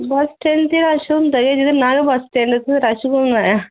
बस stand च ते rush हौंदा गै ऐ जेह्दा नांऽ गै बस स्टैंड ऐ उत्थै रश ते होना ऐ